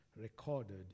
recorded